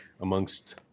amongst